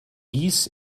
dies